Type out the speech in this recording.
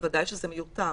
בוודאי שזה מיותר,